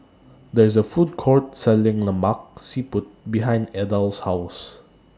There IS A Food Court Selling Lemak Siput behind Adell's House